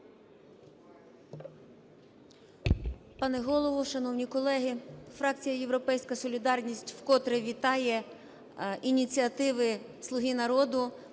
Пане Голово, шановні колеги, фракція "Європейська солідарність" вкотре вітає ініціативи "Слуги народу"